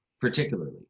particularly